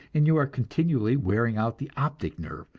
and you are continually wearing out the optic nerve,